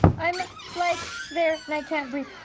i'm like there and i can't breathe.